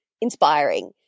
inspiring